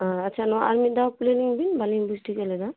ᱟᱪᱪᱷᱟ ᱱᱚᱣᱟ ᱟᱨ ᱢᱤᱫ ᱫᱷᱟᱣ ᱠᱩᱞᱤ ᱞᱤᱧ ᱵᱤᱱ ᱵᱟᱹᱞᱤᱧ ᱵᱩᱡ ᱴᱷᱤᱠᱟᱹ ᱞᱮᱫᱟ